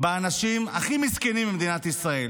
באנשים הכי מסכנים במדינת ישראל: